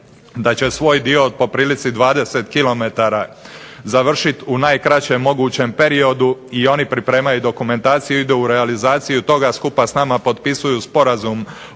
da će svoj dio po prilici 20 kilometara završiti u najkraćem mogućem periodu, i oni pripremaju dokumentaciju, ide u realizaciju toga skupa s nama potpisuju sporazum